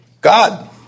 God